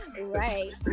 Right